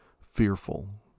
fearful